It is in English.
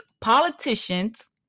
politicians